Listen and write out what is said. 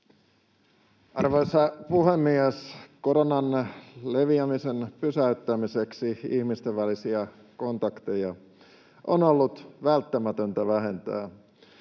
Arvoisa puhemies! Koronan leviämisen pysäyttämiseksi ihmisten välisiä kontakteja on ollut välttämätöntä vähentää.